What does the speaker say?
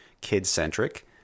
kid-centric